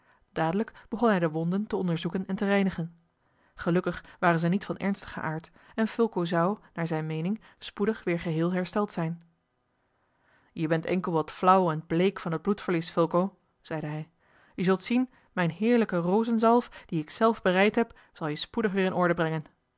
dadelijk begon hij de wonden te onderzoeken en te reinigen gelukkig waren zij niet van ernstigen aard en fulco zou naar zijne meening spoedig weer geheel hersteld zijn je bent enkel wat flauw en bleek van het bloedverlies fulco zeide hij je zult zien mijne heerlijke rozenzalf die ik zelf bereid heb zal je spoedig weer in orde brengen